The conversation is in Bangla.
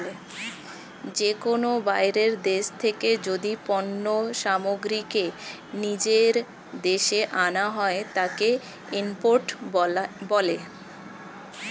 যে কোনো বাইরের দেশ থেকে যদি পণ্য সামগ্রীকে নিজের দেশে আনা হয়, তাকে ইম্পোর্ট বলে